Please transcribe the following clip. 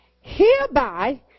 Hereby